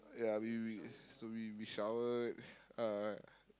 ya we we so we we showered uh